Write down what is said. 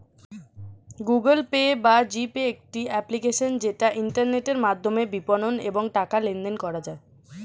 Google Pay বা G Pay একটি application যেটা ইন্টারনেটের মাধ্যমে বিপণন এবং টাকা লেনদেন করা যায়